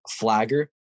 flagger